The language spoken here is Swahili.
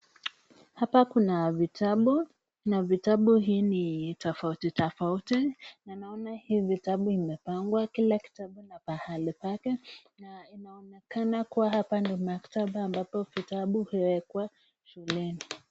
Hapa kuna vitabu na hivi ni tofauti tofauti na naona hii vitabu imepangwa kila kitabu na pahali pake na inaonekana kuwa hapa ni maktaba ambapo huwekwa shuleni.